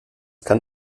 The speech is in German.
kann